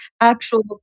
actual